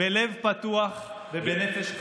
בלב פתוח ובנפש חפצה.